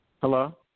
Hello